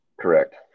Correct